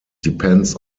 depends